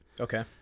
Okay